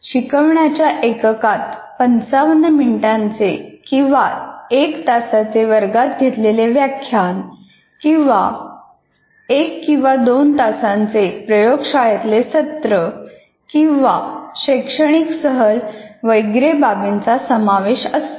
शिकवण्याच्या एककात 55 मिनिटांचे किंवा एक तासाचे वर्गात घेतलेले व्याख्यान किंवा एक किंवा दोन तासांचे प्रयोगशाळेतले सत्रे किंवा शैक्षणिक सहल वगैरे बाबींचा समावेश असतो